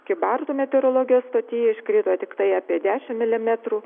kybartų meteorologijos stoty iškrito tiktai apie dešimt milimetrų